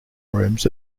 rooms